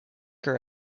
her